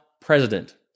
president